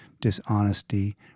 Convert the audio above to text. dishonesty